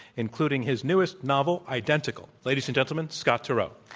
including his newest novel, identical. ladies and gentlemen, scott turow.